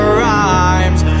rhymes